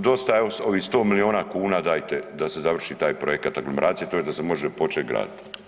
dosta je ovih 100 milijuna kuna, dajte da se završi taj projekat aglomeracije tj. da se može početi gradit.